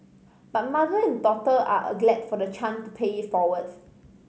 but mother and daughter are glad for the chance to pay it forward